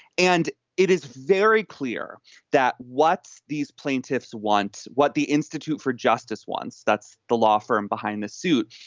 and it is very clear that what these plaintiffs want, what the institute for justice wants, that's the law firm behind the suit.